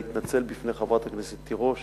להתנצל בפני חברת הכנסת תירוש